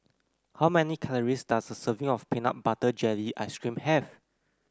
how many calories does a serving of Peanut Butter Jelly Ice cream have